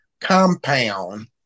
compound